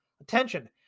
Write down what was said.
attention